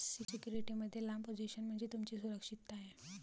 security मध्ये लांब position म्हणजे तुमची सुरक्षितता आहे